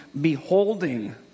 beholding